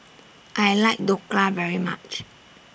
I like Dhokla very much